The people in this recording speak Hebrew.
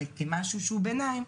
אלא כמשהו שהוא ביניים,